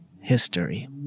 history